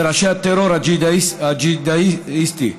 ראשי הטרור הגי'האדיסטי בעולם.